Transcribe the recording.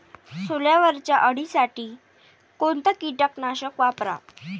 सोल्यावरच्या अळीसाठी कोनतं कीटकनाशक वापराव?